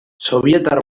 sobietar